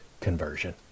conversion